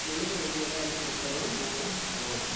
இனிமேல் எந்த விளையாட்டுக்கும் கூப்பிட்டாலும் நாங்கள் போவோம்